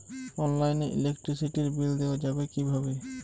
অনলাইনে ইলেকট্রিসিটির বিল দেওয়া যাবে কিভাবে?